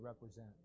represent